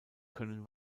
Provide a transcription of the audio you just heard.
können